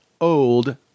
old